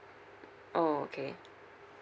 orh okay